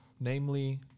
namely